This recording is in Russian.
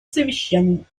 совещаний